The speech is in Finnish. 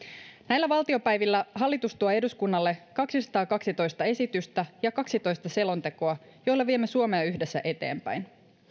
näillä valtiopäivillä hallitus tuo eduskunnalle kaksisataakaksitoista esitystä ja kaksitoista selontekoa joilla viemme suomea yhdessä eteenpäin